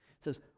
says